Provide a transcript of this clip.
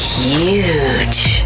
huge